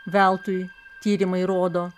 veltui tyrimai rodo